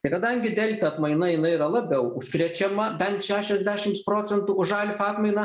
tai kadangi delta atmaina jinai yra labiau užkrečiama bent šešiasdešims procentų už alfa atmainą